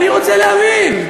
אני רוצה להבין,